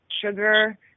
sugar